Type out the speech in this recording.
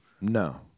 No